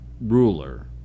ruler